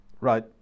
Right